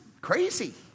crazy